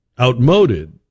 outmoded